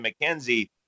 McKenzie